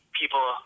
people